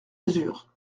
mesures